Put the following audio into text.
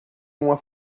uma